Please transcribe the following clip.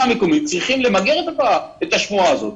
המקומית צריכים למגר את השמועה הזאת.